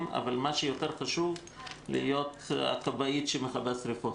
אבל מה שיותר חשוב הוא להיות הכבאית שמכבה שרפות